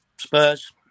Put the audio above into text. Spurs